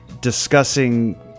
discussing